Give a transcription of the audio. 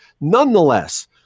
Nonetheless